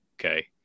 okay